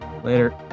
Later